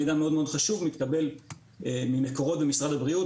מידע מאוד חשוב מתקבל ממקורות במשרד הבריאות.